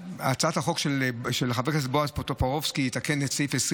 הצעת החוק של חבר הכנסת בועז טופורובסקי תתקן את סעיף 20